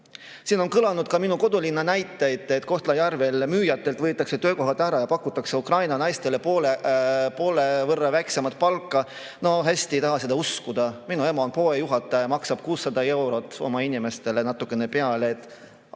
Siin on kõlanud ka minu kodulinna näiteid, et Kohtla‑Järvel müüjatelt võetakse töökohad ära ja pakutakse Ukraina naistele poole väiksemat palka. No hästi ei taha seda uskuda. Minu ema on poe juhataja ja maksab 600 eurot oma inimestele, natukene peale, poolt